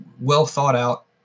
well-thought-out